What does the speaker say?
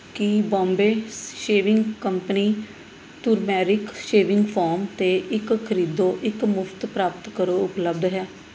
ਕੀ Bombay shaving company turmeric shaving foam 'ਤੇ ਇੱਕ ਖਰੀਦੋ ਇੱਕ ਮੁਫ਼ਤ ਪ੍ਰਾਪਤ ਕਰੋ ਉਪਲਬਧ ਹੈ